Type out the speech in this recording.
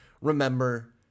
remember